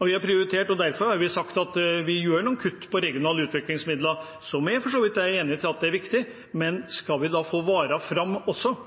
Derfor har vi sagt at vi gjør noen kutt i regionale utviklingsmidler, som jeg for så vidt er enig i er viktige. Men skal vi få varer fram,